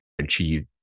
achieve